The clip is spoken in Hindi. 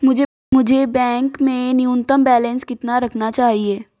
मुझे बैंक में न्यूनतम बैलेंस कितना रखना चाहिए?